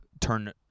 turn